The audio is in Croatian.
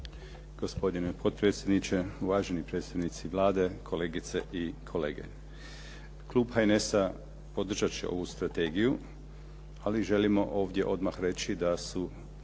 Gospodine potpredsjedniče, uvaženi predstavnici Vlade, kolegice i kolege. Klub HNS-a podržat će ovu strategiju, ali želimo ovdje odmah reći da su